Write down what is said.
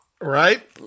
Right